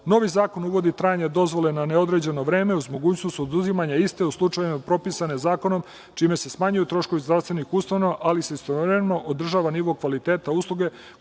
zakon uvodi trajanje dozvole na neodređeno vreme uz mogućnost oduzimanja iste u slučajevima propisanim zakonom, čime se smanjuju troškovi zdravstvenih ustanova, ali se istovremeno održava njihov kvalitet usluge,